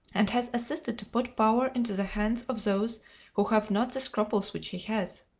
and has assisted to put power into the hands of those who have not the scruples which he has.